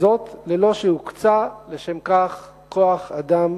וזאת ללא שהוקצה לשם כך כוח-אדם